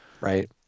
Right